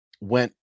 went